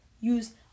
use